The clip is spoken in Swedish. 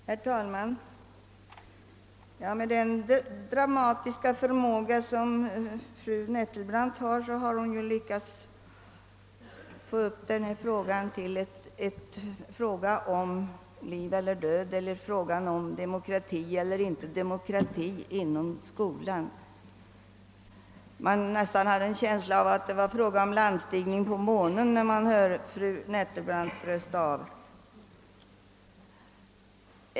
Herr talman! Med den dramatiska förmåga fru Nettelbrandt har lyckades hon göra detta till en fråga om liv eller död eller i varje fall till en fråga om demokrati eller inte demokrati inom skolan. Man hade nästan en känsla av att det var fråga om landstigning på månen när man hörde fru Nettelbrandt brösta av.